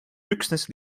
üksnes